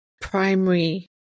primary